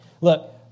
Look